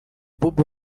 bobi